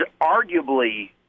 arguably